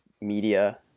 media